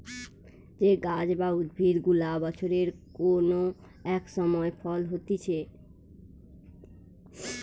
যে গাছ বা উদ্ভিদ গুলা বছরের কোন এক সময় ফল হতিছে